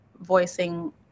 voicing